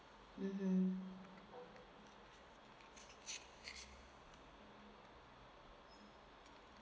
mmhmm